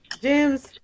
James